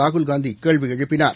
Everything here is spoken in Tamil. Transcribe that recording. ராகுல்காந்திகேள்விஎழுப்பினார்